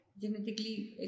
genetically